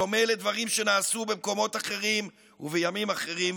בדומה לדברים שנעשו במקומות אחרים ובימים אחרים,